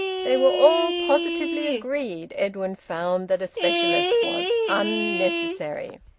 they were all positively agreed, edwin found, that a specialist was unnecessary.